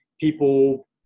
people